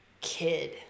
kid